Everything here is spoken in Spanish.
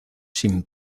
sin